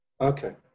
Okay